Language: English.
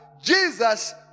Jesus